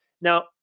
now